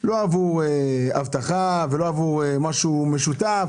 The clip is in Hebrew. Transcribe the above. לא עבור אבטחה ולא עבור משהו משותף